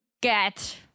get